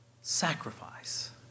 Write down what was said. sacrifice